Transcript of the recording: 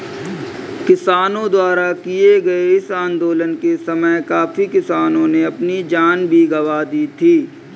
किसानों द्वारा किए गए इस आंदोलन के समय काफी किसानों ने अपनी जान भी गंवा दी थी